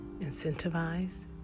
incentivize